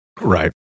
Right